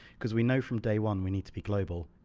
cause we know from day one we need to be global.